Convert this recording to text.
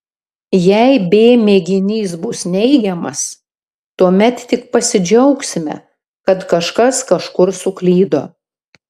jei b mėginys bus neigiamas tuomet tik pasidžiaugsime kad kažkas kažkur suklydo